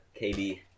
KD